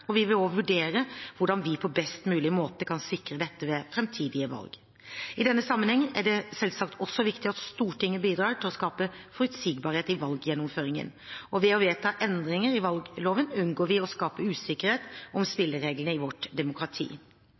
og vi vil også vurdere hvordan vi på best mulig måte kan sikre dette ved framtidige valg. I denne sammenheng er det selvsagt også viktig at Stortinget bidrar til å skape forutsigbarhet i valggjennomføringen. Ved å vedta endringene i valgloven unngår vi å skape usikkerhet om spillereglene i vårt demokrati.